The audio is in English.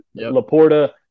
Laporta